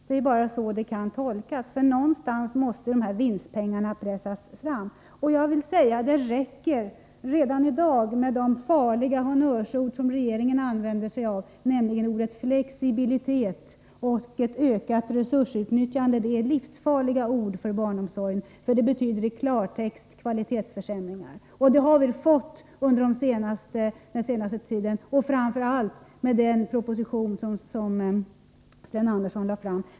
Det är bara så det kan tolkas, för någonstans måste vinsterna pressas fram. Det räcker med de risker för kvalitetsförsämringar vi har redan i dag genom de farliga honnörsord som regeringen använder, nämligen uttryck som ”flexibilitet” och ”ett ökat resursutnyttjande”. Det är livsfarliga ord för barnomsorgen, för i klartext betyder de kvalitetsförsämringar. Sådana har vi också fått under den senaste tiden. Jag tänker då framför allt på den proposition som Sten Andersson lade fram.